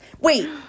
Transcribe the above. Wait